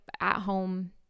at-home